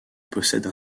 possède